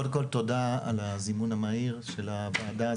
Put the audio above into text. קודם כול, תודה על הזימון המהיר של הוועדה.